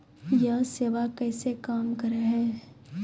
यह सेवा कैसे काम करै है?